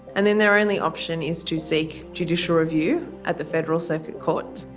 and then their only option is to seek judicial review at the federal circuit court.